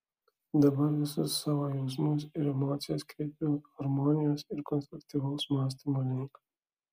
dabar visus savo jausmus ir emocijas kreipiu harmonijos ir konstruktyvaus mąstymo link